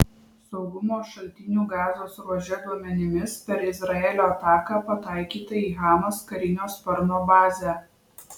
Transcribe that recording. saugumo šaltinių gazos ruože duomenimis per izraelio ataką pataikyta į hamas karinio sparno bazę